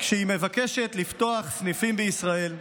כשהיא מבקשת לפתוח סניפים בישראל,